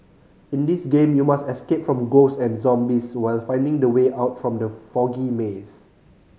in this game you must escape from ghosts and zombies while finding the way out from the foggy maze